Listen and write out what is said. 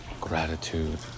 gratitude